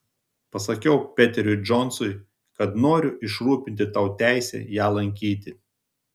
pasakiau peteriui džonsui kad noriu išrūpinti tau teisę ją lankyti